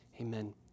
Amen